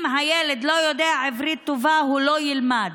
אם הילד לא יודע עברית טובה הוא לא ילמד.